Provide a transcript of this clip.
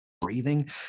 breathing